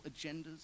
agendas